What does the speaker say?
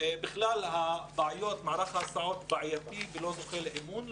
מערך ההסעות בעייתי ולא זוכה לאמון.